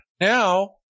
Now